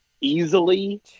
easily